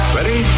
Ready